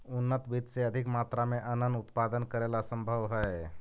उन्नत बीज से अधिक मात्रा में अन्नन उत्पादन करेला सम्भव हइ